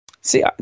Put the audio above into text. see